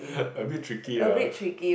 a bit tricky ah